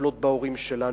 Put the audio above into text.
מטפלות בהורים שלנו,